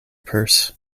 purse